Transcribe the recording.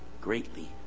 greatly